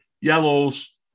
Yellows